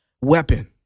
weapon